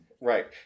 Right